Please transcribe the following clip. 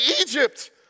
Egypt